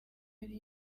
ari